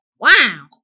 Wow